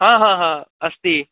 हा हा हा अस्ति